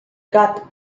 gato